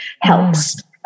helps